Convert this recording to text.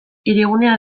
hirigunea